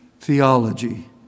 theology